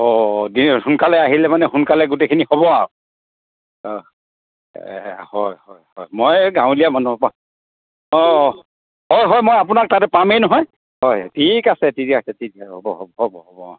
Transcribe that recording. অ সোনকালে আহিলে মানে সোনকালে গোটেইখিনি হ'ব আৰু অ হয় হয় হয় মই গাঁৱলীয়া মানুহ অ হয় হয় মই আপোনাক তাতে পামে নহয় হয় ঠিক আছে ঠিক আছে ঠিক আছে হ'ব হ'ব হ'ব অ